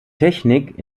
technik